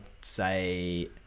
say